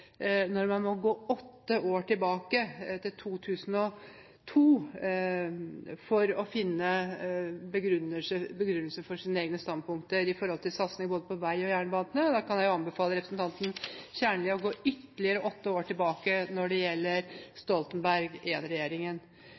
når man må gå åtte år tilbake, til 2002, for å finne begrunnelse for sine egne standpunkter til satsing både på vei og jernbane. Jeg kan anbefale representanten Kjernli å gå ytterligere åtte år tilbake når det gjelder Stoltenberg I-regjeringen. Regjeringen